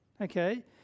Okay